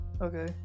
Okay